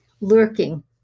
lurking